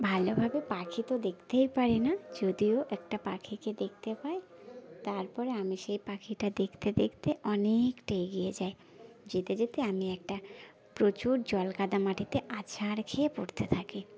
ভালোভাবে পাখি তো দেখতেই পারি না যদিও একটা পাখিকে দেখতে পাই তারপরে আমি সেই পাখিটা দেখতে দেখতে অনেক টা এগিয়ে যাই যেতে যেতে আমি একটা প্রচুর জল কাদা মাটিতে আছা আর খেয়ে পড়তে থাকি